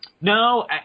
No